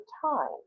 time